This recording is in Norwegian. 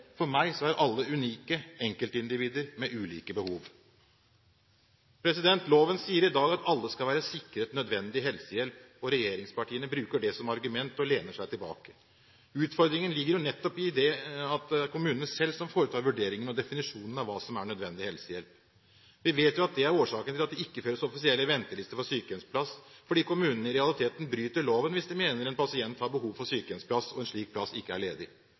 For meg er de alle unike enkeltindivider med ulike behov. Loven sier i dag at alle skal være sikret «nødvendig helsehjelp». Regjeringspartiene bruker det som argument og lener seg tilbake. Utfordringen ligger jo nettopp i at det er kommunene selv som foretar vurderingen og gir definisjonen av hva som er nødvendig helsehjelp. Vi vet jo at det er årsaken til at det ikke føres offisielle ventelister for sykehjemsplass, for kommunene bryter i realiteten loven hvis de mener en pasient har behov for sykehjemsplass og en slik plass ikke er ledig.